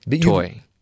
toy